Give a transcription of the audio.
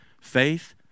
faith